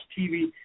TV